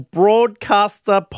broadcaster